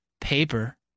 Paper